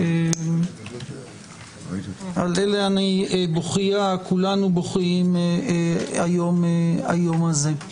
על אלה אני בוכייה, כולנו בוכים היום הזה.